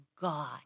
God